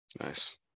nice